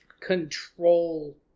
control